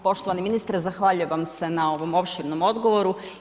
Poštovani ministre zahvaljujem vam se na ovom opširnom odgovoru.